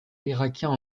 irakien